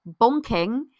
bonking